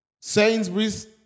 Sainsbury's